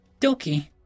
Doki